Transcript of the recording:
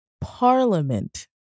Parliament